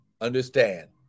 understand